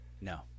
No